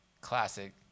classic